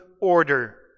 order